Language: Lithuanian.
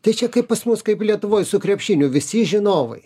tai čia kaip pas mus kaip lietuvoj su krepšiniu visi žinovai